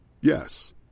Yes